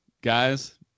Guys